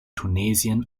tunesien